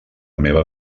meva